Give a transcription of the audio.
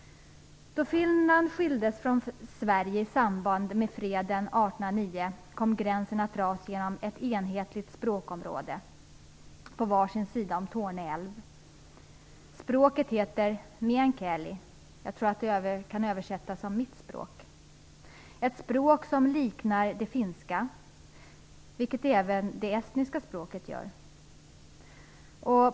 Då Finland skildes från Sverige i samband med freden 1809 kom gränsen att dras genom ett enhetligt språkområde som ligger på var sin sida av Torne älv. Språket heter meänkieli. Jag tror att det kan översättas med mitt språk. Språket liknar det finska, vilket även det estniska språket gör.